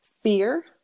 Fear